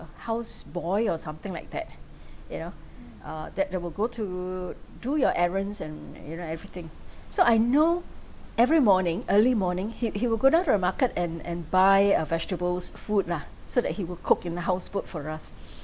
house boy or something like that you know uh that that will go to do your errands and you know everything so I know every morning early morning he he will go down to the market and and by uh vegetables food lah so that he will cook in the houseboat for us